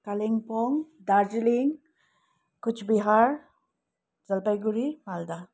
Kalimpong Darjeeling Cooch Behar Jalpaiguri Malda